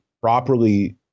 properly